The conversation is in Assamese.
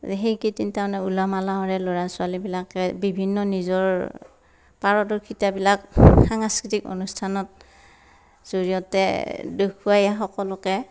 সেইকেইদিন তাৰমানে উলহ মালহেৰে ল'ৰা ছোৱালীবিলাকে বিভিন্ন নিজৰ পাৰদৰ্শিতাবিলাক সাংস্কৃতিক অনুষ্ঠানত জৰিয়তে দেখুৱাই সকলোকে